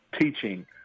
teaching